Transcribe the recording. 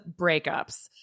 breakups